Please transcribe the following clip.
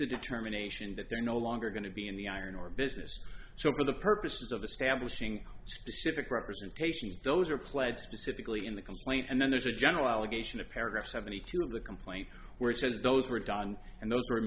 the determination that they're no longer going to be in the iron ore business so for the purposes of the stablish ing specific representations those are pled specifically in the complaint and then there's a general allegation of paragraph seventy two of the complaint where it says those were don and those were